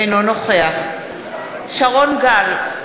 אינו נוכח שרון גל,